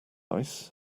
ice